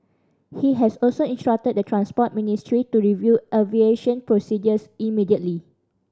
he has also instructed the Transport Ministry to review aviation procedures immediately